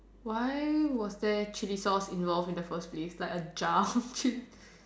why was there chill sauce in your the first place like a jar of chill sauce